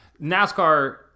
nascar